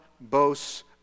boasts